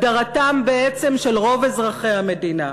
הדרתם בעצם של רוב אזרחי המדינה.